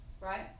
right